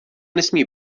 nesmí